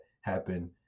happen